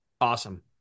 Awesome